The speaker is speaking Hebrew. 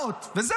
ובמעונות,